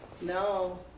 No